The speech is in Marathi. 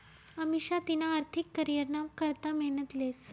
अमिषा तिना आर्थिक करीयरना करता मेहनत लेस